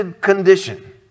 condition